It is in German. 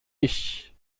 ich